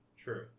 True